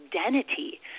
identity